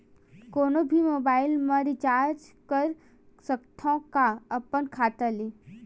कोनो भी मोबाइल मा रिचार्ज कर सकथव का अपन खाता ले?